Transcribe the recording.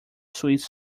swiss